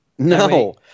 No